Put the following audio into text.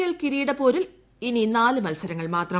L കിരീടപോരിൽ ഇനി നാല് മൽസരങ്ങൾ മാത്രം